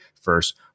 first